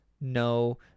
no